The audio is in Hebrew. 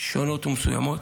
שונות ומסוימות,